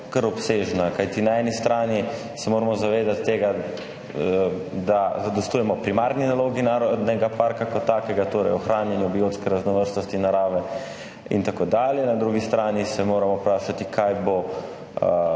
kar obsežna, kajti na eni strani se moramo zavedati tega, da zadostujemo primarni nalogi narodnega parka kot takega, torej ohranjanju biotske raznovrstnosti narave in tako dalje, na drugi strani se moramo vprašati, kaj bo